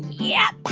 yeah,